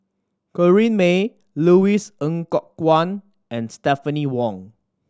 Corrinne May Louis Ng Kok Kwang and Stephanie Wong